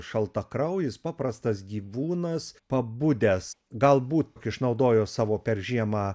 šaltakraujis paprastas gyvūnas pabudęs galbūt išnaudojo savo per žiemą